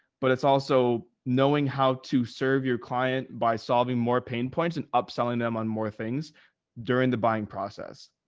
but it's also knowing how to serve your client by solving more pain points and upselling them on more things during the buying process,